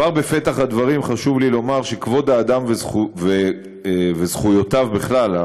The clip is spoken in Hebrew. כבר בפתח הדברים חשוב לי לומר שכבוד האדם וזכויותיו בכלל,